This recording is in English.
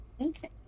okay